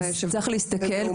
אז צריך להסתכל,